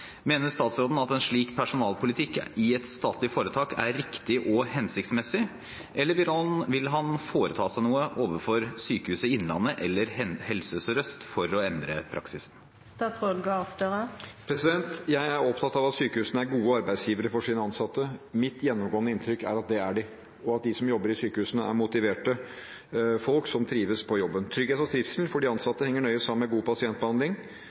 Mener statsråden en slik personalpolitikk i et statlig foretak er riktig og hensiktsmessig, eller vil han foreta seg noe overfor Sykehuset Innlandet eller Helse Sør-Øst for å endre praksisen?» Jeg er opptatt av at sykehusene er gode arbeidsgivere for sine ansatte. Mitt gjennomgående inntrykk er at det er de, og at de som jobber i sykehusene, er motiverte folk som trives på jobben. Trygghet og trivsel for de ansatte henger nøye sammen med god pasientbehandling.